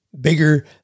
bigger